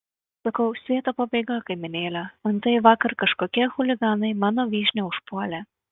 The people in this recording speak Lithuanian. sakau svieto pabaiga kaimynėle antai vakar kažkokie chuliganai mano vyšnią užpuolė